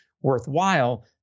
worthwhile